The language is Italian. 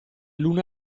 luna